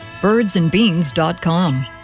Birdsandbeans.com